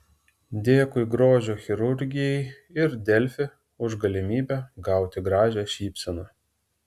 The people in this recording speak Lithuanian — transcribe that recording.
dėkui grožio chirurgijai ir delfi už galimybę gauti gražią šypseną